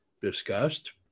discussed